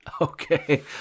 okay